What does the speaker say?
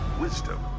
wisdom